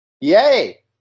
yay